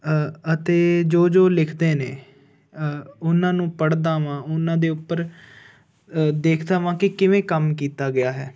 ਅ ਅਤੇ ਜੋ ਜੋ ਲਿਖਦੇ ਨੇ ਅ ਉਹਨਾਂ ਨੂੰ ਪੜ੍ਹਦਾ ਹਾਂ ਉਹਨਾਂ ਦੇ ਉੱਪਰ ਦੇਖਦਾ ਹਾਂ ਕਿ ਕਿਵੇਂ ਕੰਮ ਕੀਤਾ ਗਿਆ ਹੈ